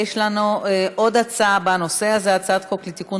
יש לנו עוד הצעה בנושא הזה: הצעת חוק לתיקון